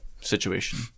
situation